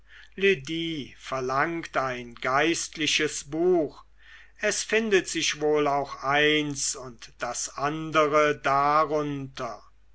verlangt ein geistliches buch es findet sich wohl auch eins und das andere darunter